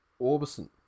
Orbison